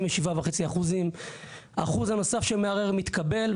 97.5%. האחוז הנוסף שמערער מתקבל,